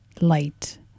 light